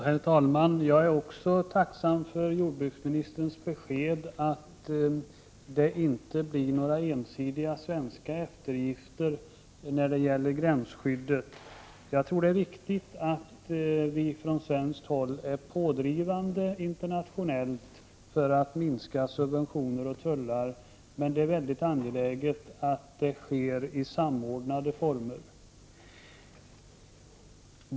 Herr talman! Jag är också tacksam för jordbruksministerns besked att det inte blir några ensidiga svenska eftergifter när det gäller gränsskyddet. Jag tror att det är viktigt att vi från svenskt håll är pådrivande internationellt för att minska subventioner och tullar. Men det är mycket angeläget att det sker i samordnade former.